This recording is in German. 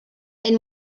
ein